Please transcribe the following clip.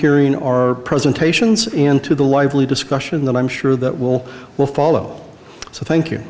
hearing our presentations and to the lively discussion that i'm sure that will will follow so thank you